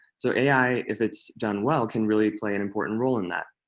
so ai, if it's done well, can really play an important role in that.